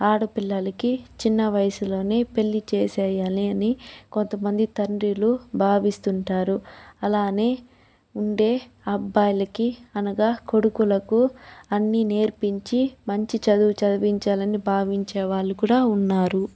ఆడపిల్లలకి చిన్న వయసులోనే పెళ్లి చేసేయాలి అని కొంతమంది తండ్రులు భావిస్తుంటారు అలానే ఉండే అబ్బాయిలకి అనగా కొడుకులకు అన్ని నేర్పించి మంచి చదువు చదివించాలని భావించే వాళ్ళు కూడా ఉన్నారు